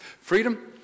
freedom